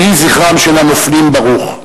יהי זכרם של הנופלים ברוך.